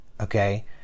Okay